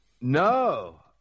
No